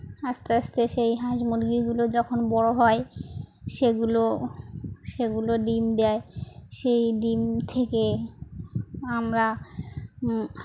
আস্তে আস্তে সেই হাঁস মুরগিগুলো যখন বড়ো হয় সেগুলো সেগুলো ডিম দেয় সেই ডিম থেকে আমরা